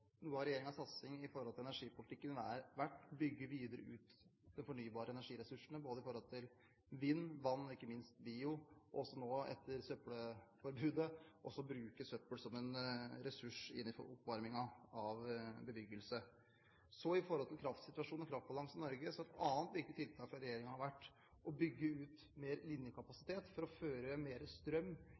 av regjeringens satsing i energipolitikken vært å bygge videre ut de fornybare energiressursene, både vind, vann og ikke minst bio, og også nå etter søppelforbudet: å bruke søppel som en ressurs for oppvarming av bebyggelse. Når det gjelder kraftsituasjonen og kraftbalansen i Norge, har et annet viktig tiltak fra regjeringen vært å bygge ut mer linjekapasitet for å føre mer strøm